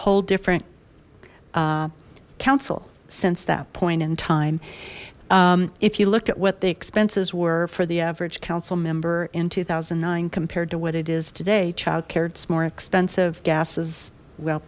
whole different council since that point in time if you look at what the expenses were for the average council member in two thousand and nine compared to what it is today childcare it's more expensive gases well